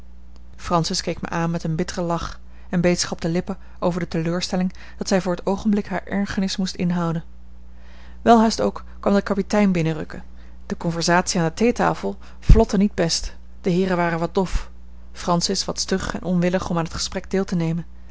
francis keek mij aan met een bitteren lach en beet zich op de lippen over de teleurstelling dat zij voor t oogenblik hare ergernis moest inhouden welhaast ook kwam de kapitein binnenrukken de conversatie aan de theetafel vlotte niet best de heeren waren wat dof francis wat stug en onwillig om aan t gesprek deel te nemen